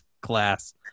class